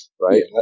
Right